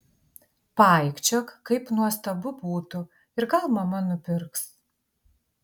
paaikčiok kaip nuostabu būtų ir gal mama nupirks